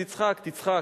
תצחק, תצחק.